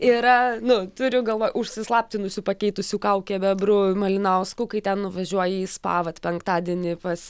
yra nu turiu galvoj užsislaptinusiu pakeitusiu kaukę bebru malinausku kai ten nuvažiuoji į spa vat penktadienį pas